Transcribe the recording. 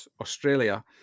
Australia